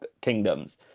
kingdoms